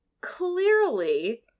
clearly